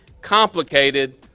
complicated